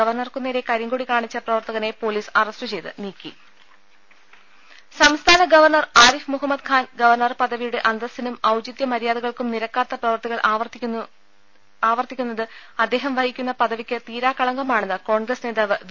ഗവർണർക്കു നേരെ കരിങ്കൊടി കാണിച്ച പ്രവർത്തകനെ പൊലീസ് അറസ്റ്റു ചെയ്ത് നീക്കി സംസ്ഥാന ഗവർണർ ആരിഫ് മുഹമ്മദ് ഖാൻ ഗവർണർ പദവിയുടെ അന്തസ്സിനും ഔചിതൃ മരൃാദകൾക്കും നിരക്കാത്ത പ്രവൃത്തികൾ ആവർത്തിക്കുന്നത് അദ്ദേഹം വഹിക്കുന്ന പദവിക്ക് തീരാകളങ്കമാണെന്ന് കോൺഗ്രസ്സ് നേതാവ് വി